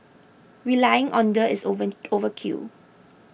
relying on the is over overkill